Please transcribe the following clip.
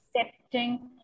accepting